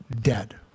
dead